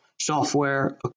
software